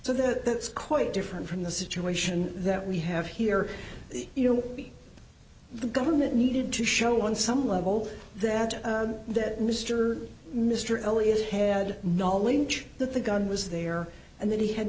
so that quite different from the situation that we have here you know the government needed to show on some level that that mr mr elliot had knowledge that the gun was there and that he had